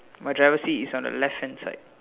my driver's seat is on the left hand side